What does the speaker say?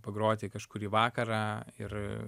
pagroti kažkurį vakarą ir